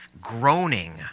groaning